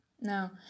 Now